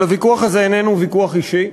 אבל הוויכוח הזה איננו ויכוח אישי.